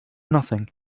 nothing